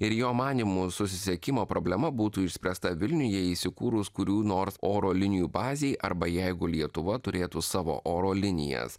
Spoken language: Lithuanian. ir jo manymu susisiekimo problema būtų išspręsta vilniuje įsikūrus kurių nors oro linijų bazei arba jeigu lietuva turėtų savo oro linijas